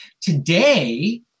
Today